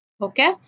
Okay